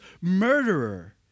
murderer